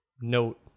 note